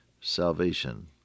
salvation